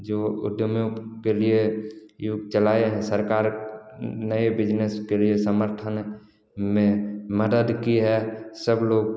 जो उद्यमियों के लिए उद्योग चलाए है सरकार नए बिजनेस के लिए समर्थन में मदद की है सब लोग